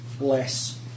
less